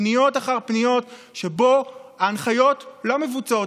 פניות אחר פניות שההנחיות לא מבוצעות.